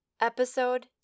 Episode